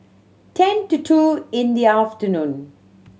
ten to two in the afternoon